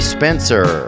Spencer